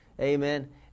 Amen